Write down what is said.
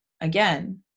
again